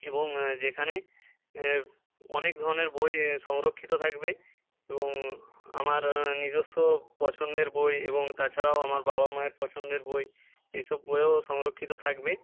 এবং যেখানে অনেক ধরণের বই সংরক্ষিত থাকবে এবং আমার নিজস্ব পছন্দের বই এবং তাছাড়াও আমার বাবা মায়ের পছন্দের বই এসব বইও সংরক্ষিত থাকবে